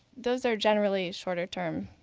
those are generally shorter terms.